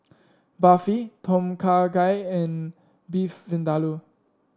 Barfi Tom Kha Gai and Beef Vindaloo